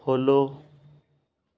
follow